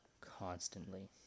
constantly